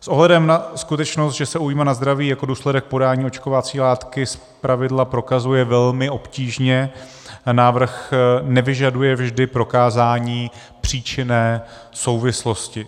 S ohledem na skutečnost, že se újma na zdraví jako důsledek podání očkovací látky zpravidla prokazuje velmi obtížně, návrh nevyžaduje vždy prokázání příčinné souvislosti.